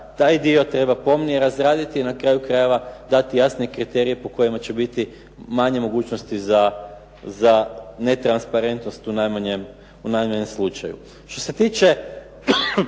taj dio pomnije treba razraditi i na kraju krajeva dati jasne kriterije po kojima će biti manje mogućnosti za netransparentnost u najmanjem slučaju. Što se tiče